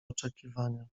oczekiwania